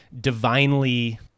divinely